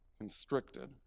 constricted